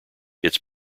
its